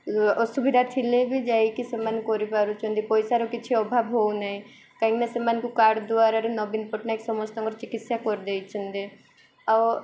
ଅସୁବିଧା ଥିଲେ ବି ଯାଇକି ସେମାନେ କରିପାରୁଛନ୍ତି ପଇସାର କିଛି ଅଭାବ ହଉ ନାହିଁ କାହିଁକିନା ସେମାନଙ୍କୁ କାର୍ଡ଼ ଦ୍ୱାରା ନବୀନ ପଟ୍ଟନାୟକ ସମସ୍ତଙ୍କର ଚିକିତ୍ସା କରିଦେଇଛନ୍ତି ଆଉ